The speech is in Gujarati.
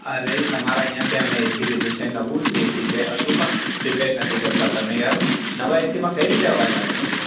અરે તમારા ત્યાંથી અમે એસી લીધું છે નવું જ એસી છે હજુ પણ રીપેર નથી કરતા તમે યાર નવા એસીમાં કઈ રીતે અવાજ આવી શકે